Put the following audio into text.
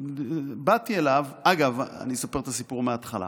באתי אליו, אני אספר את הסיפור מההתחלה.